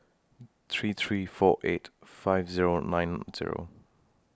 three three four eight five Zero nine Zero